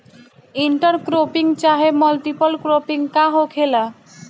Inter cropping चाहे multiple cropping का होखेला?